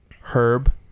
Herb